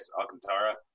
Alcantara